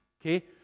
okay